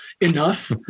enough